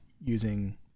using